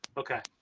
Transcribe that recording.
okay.